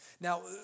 Now